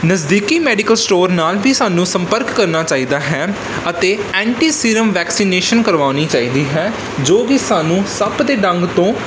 ਨਜ਼ਦੀਕੀ medical store ਨਾਲ ਵੀ ਸਾਨੂੰ ਸੰਪਰਕ ਕਰਨਾ ਚਾਹੀਦਾ ਹੈ ਅਤੇ ਐਂਟੀ ਸੀਰਮ ਵੈਕਸੀਨੇਸ਼ਨ ਕਰਵਾਉਣੀ ਚਾਹੀਦੀ ਹੈ ਜੋ ਕਿ ਸਾਨੂੰ ਸੱਪ ਦੇ ਡੰਗ ਤੋਂ